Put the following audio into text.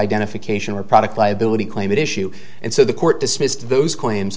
identification or product liability claim that issue and so the court dismissed those claims